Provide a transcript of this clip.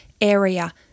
area